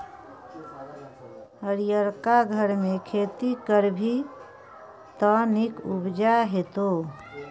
हरियरका घरमे खेती करभी त नीक उपजा हेतौ